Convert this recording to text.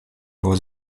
was